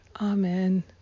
Amen